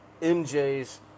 MJ's